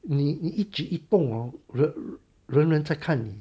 你你一举一动 hor 人人在看你